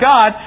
God